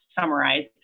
summarize